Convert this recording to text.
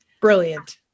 Brilliant